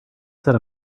set